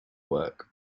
work